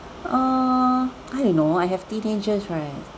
err I don't know I have teenagers right